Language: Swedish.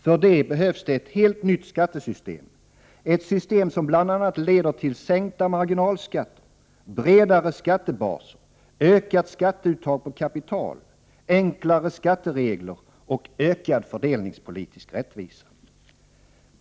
För det behövs det ett helt nytt skattesystem, ett system som bl.a. leder till sänkta marginalskatter, bredare skattebaser, ökat skatteuttag på kapital, enklare skatteregler och ökad fördelningspolitisk rättvisa.